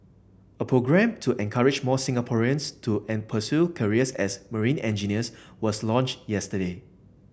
a programme to encourage more Singaporeans to an pursue careers as marine engineers was launched yesterday